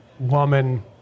woman